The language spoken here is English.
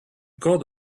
got